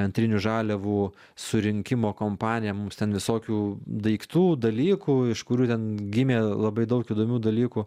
antrinių žaliavų surinkimo kompanija mums ten visokių daiktų dalykų iš kurių ten gimė labai daug įdomių dalykų